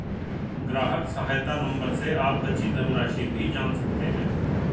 ग्राहक सहायता नंबर से आप बची धनराशि भी जान सकते हैं